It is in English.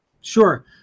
Sure